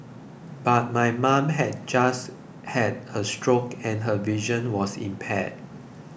but my mother had just had a stroke and her vision was impaired